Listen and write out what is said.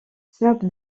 snoop